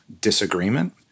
disagreement